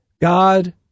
God